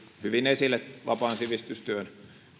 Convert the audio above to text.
hyvin esille vapaan sivistystyön